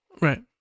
Right